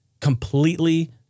completely